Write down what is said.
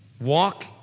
walk